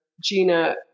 Gina